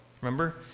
remember